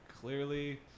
clearly